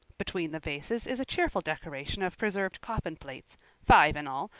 between the vases is a cheerful decoration of preserved coffin plates five in all,